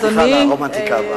סליחה על הרומנטיקה.